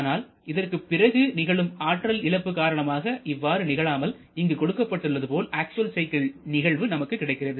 ஆனால் இதற்குப் பிறகு நிகழும் ஆற்றல் இழப்பு காரணமாக இவ்வாறு நிகழாமல் இங்கு கொடுக்கப்பட்டுள்ளது போல் அக்சுவல் சைக்கிள் நிகழ்வு நமக்கு கிடைக்கிறது